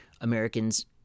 Americans